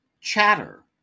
Chatter